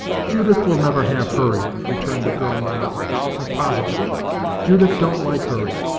judith will never have hurry, returned the girl mildly, but positively judith don't like hurry.